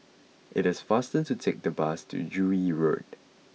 it is faster to take the bus to Joo Yee Road